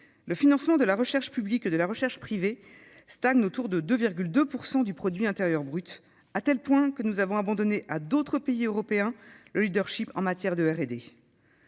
le financement de la recherche publique et de la recherche privée stagne autour de 2,2 % du produit intérieur brut, à tel point que nous avons abandonné à d'autres pays européens le leadership en matière de R&D.